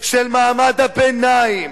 של מעמד הביניים,